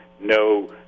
no